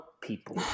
people